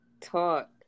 talk